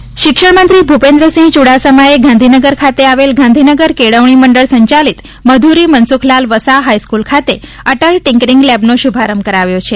tinkering lab શિક્ષણ મંત્રી ત્યૂપેન્દ્રસિંહ ચૂડાસમાએ ગાંધીનગર ખાતે આવેલ ગાંધીનગર કેળવણી મંડળ સંચાલિત મંધુરી મનસુખલાલ વસા હાઇસ્કુલ ખાતે અટલ ટિંકરીંગ લેબ નો શુભારંભ કરાવ્યો છે